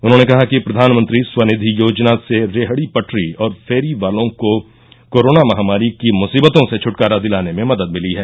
उन्होंने कहा कि प्रधानमंत्री स्व निधि योजना से रेहड़ी पटरी और फेरी वालों को कोरोना महामारी की मुसीबतों से छुटकारा दिलाने में मदद मिली है